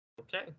Okay